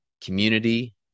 community